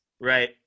Right